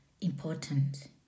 important